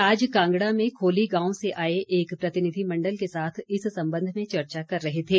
वे आज कांगड़ा में खोली गांव से आए एक प्रतिनिधिमण्डल के साथ इस संबंध में चर्चा कर रहे थे